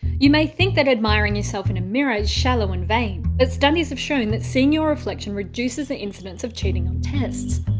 you may think that admiring yourself in a mirror is shallow and vain, but studies have shown seeing your reflection reduces the incidence of cheating on tests.